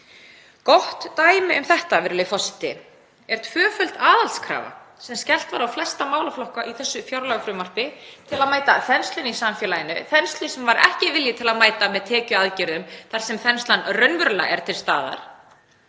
Gott dæmi um þetta er tvöföld aðhaldskrafa sem skellt var á flesta málaflokka í þessu fjárlagafrumvarpi til að mæta þenslunni í samfélaginu, þenslu sem ekki var vilji til að mæta með tekjuaðgerðum þar sem þenslan er raunverulega til staðar.